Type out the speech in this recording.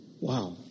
wow